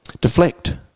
Deflect